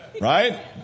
Right